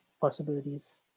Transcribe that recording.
possibilities